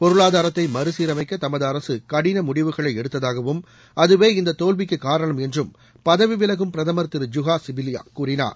பொருளாதாரத்தை மறுசீரமைக்க தமது அரசு கடின முடிவுகளை எடுத்ததாகவும் அதுவே இந்த தோல்விக்கு காரணம் என்றும் பதவி விலகும் பிரதமர் திரு ஜூஹா சிபிலியா கூறியுள்ளார்